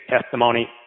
Testimony